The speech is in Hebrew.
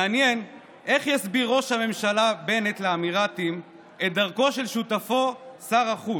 מעניין איך יסביר ראש הממשלה בנט לאמירתים את דרכו של שותפו שר החוץ.